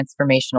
transformational